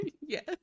yes